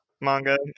manga